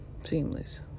Seamless